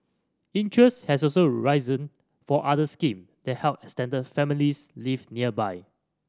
interest has also risen for other scheme that help extended families live nearby